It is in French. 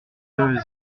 deux